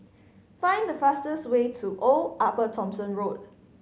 find the fastest way to Old Upper Thomson Road